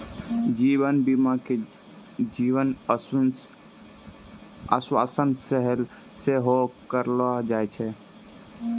जीवन बीमा के जीवन आश्वासन सेहो कहलो जाय छै